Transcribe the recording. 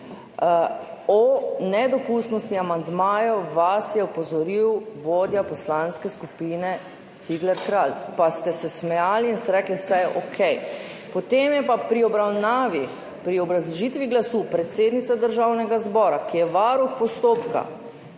O nedopustnosti amandmajev vas je opozoril vodja poslanske skupine Cigler Kralj, pa ste se smejali in ste rekli, vse je okej. Potem je pa pri obrazložitvi glasu predsednica Državnega zbora, ki je varuh postopka,